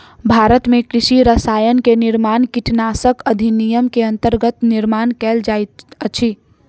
भारत में कृषि रसायन के निर्माण कीटनाशक अधिनियम के अंतर्गत निर्माण कएल जाइत अछि